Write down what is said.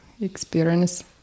experience